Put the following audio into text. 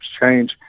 change